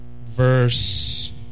verse